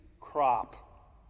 crop